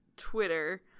twitter